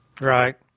Right